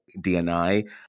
DNI